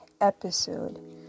episode